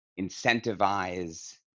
incentivize